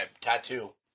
tattoo